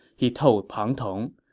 he told pang tong.